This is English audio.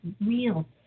real